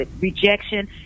rejection